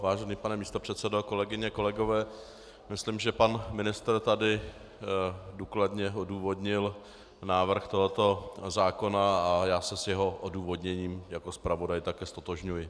Vážený pane místopředsedo, kolegyně, kolegové, myslím, že pan ministr tady důkladně odůvodnil návrh tohoto zákona, a já se s jeho odůvodněním jako zpravodaj také ztotožňuji.